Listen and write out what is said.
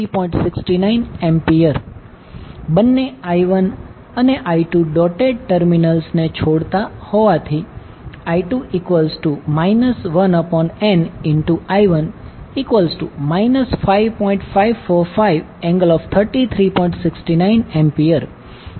69A બંને I1 અને I2 dotted terminals ને છોડતા હોવાથી I2 1nI1 5